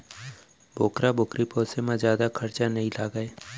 बोकरी बोकरा पोसे म जादा खरचा नइ लागय